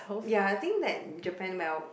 ya I think that Japan well